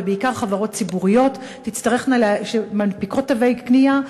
ובעיקר חברות ציבוריות שמנפיקות תווי קנייה,